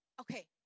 okay